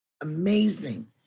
amazing